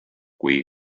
kui